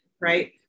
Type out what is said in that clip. right